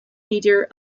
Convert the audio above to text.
meter